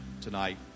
tonight